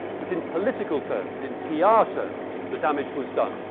but in political terms, in pr ah terms, the damage was done.